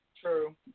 True